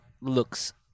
looks